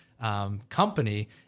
company